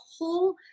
whole